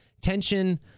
Tension